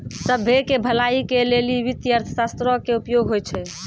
सभ्भे के भलाई के लेली वित्तीय अर्थशास्त्रो के उपयोग होय छै